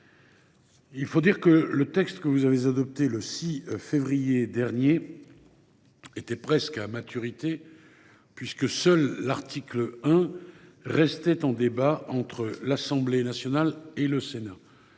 Il faut dire que le texte que vous avez adopté le 6 février dernier était presque à maturité, puisque seul l’article 1 restait en débat entre l’Assemblée nationale et le Sénat.